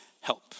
help